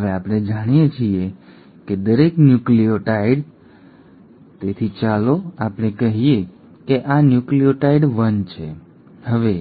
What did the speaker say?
હવે આપણે જાણીએ છીએ કે દરેક ન્યુક્લિઓટાઇડ તેથી ચાલો આપણે કહીએ કે આ ન્યુક્લિઓટાઇડ 1 છે હવે